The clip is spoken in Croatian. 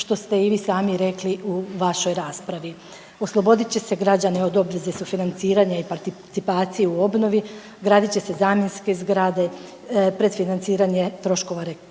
što ste i vi sami rekli u vašoj raspravi. Oslobodit će se građane od obveze sufinanciranja i participacije u obnovi, gradit će se zamjenske zgrade, predfinanciranje troškova